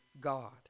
God